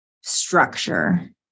structure